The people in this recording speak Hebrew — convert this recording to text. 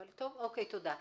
תודה.